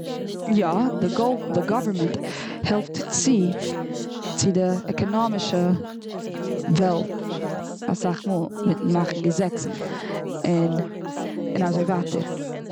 יא, די דאו- די גאווערנמענט העלפט צו צו די עקענאמישע וועלט אסאך מאל מיטן מאכן געזעצן און, און אזוי ווייטער.